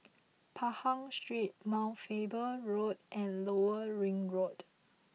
Pahang Street Mount Faber Road and Lower Ring Road